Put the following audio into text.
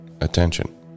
attention